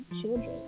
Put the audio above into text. children